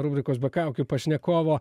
rubrikos be kaukių pašnekovo